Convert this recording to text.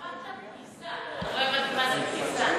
אמרת "בריזה", ולא הבנתי מה אמרת.